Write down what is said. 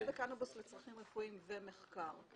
קנאבוס לצרכים רפואיים ומחקר.